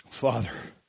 Father